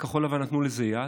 לכחול לבן נתנו לה יד.